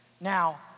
Now